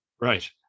Right